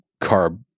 carb